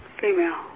Female